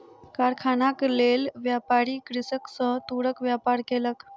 कारखानाक लेल, व्यापारी कृषक सॅ तूरक व्यापार केलक